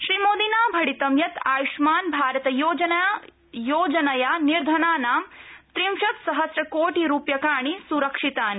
श्रीमोदिना भणितं यत् आयुष्मानभारत योजनया निर्धनानां त्रिंशत्सहस्रकोटिरुप्यकाणि सुरक्षितानि